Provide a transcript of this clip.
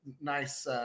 nice –